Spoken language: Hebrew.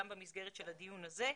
גם במסגרת של הדיון הזה.